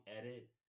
edit